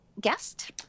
guest